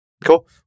Cool